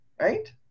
Right